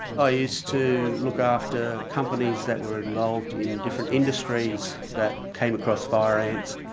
i used to look after companies that were involved in different industries that came across fire ants.